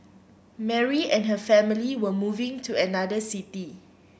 Mary and her family were moving to another city